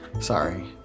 Sorry